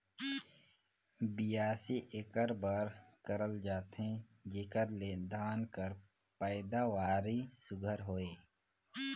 बियासी एकर बर करल जाथे जेकर ले धान कर पएदावारी सुग्घर होए